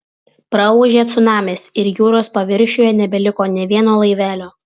praūžė cunamis ir jūros paviršiuje nebeliko nė vieno laivelio